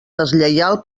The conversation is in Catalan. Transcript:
deslleial